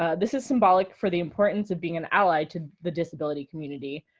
ah this is symbolic for the importance of being an ally to the disability community.